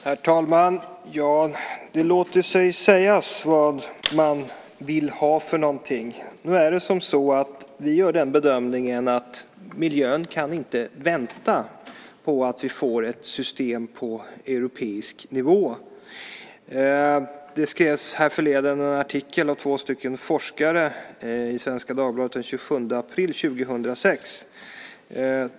Herr talman! Det låter sig sägas vad man vill ha. Nu gör vi den bedömningen att miljön inte kan vänta på att vi får ett system på europeisk nivå. Det skrevs härförleden en artikel av två forskare i Svenska Dagbladet, den 27 april 2006.